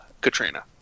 Katrina